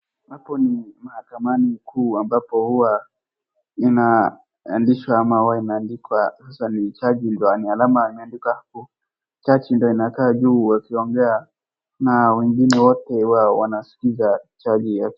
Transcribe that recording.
Hapo ni mahakamani kuu ambapo huwa inaendeshwa ama huwa inaandikwa haswa ni jaji ndio ni alama imeandikwa hapo. Jaji ndio inakaa juu akiongea na wengine wote wanasikiza jaji.